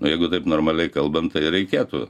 o jeigu taip normaliai kalbant tai reikėtų